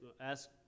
ask